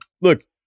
look